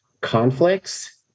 conflicts